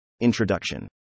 Introduction